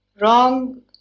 wrong